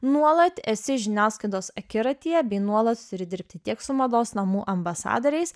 nuolat esi žiniasklaidos akiratyje bei nuolat turi dirbti tiek su mados namų ambasadoriais